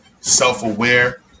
self-aware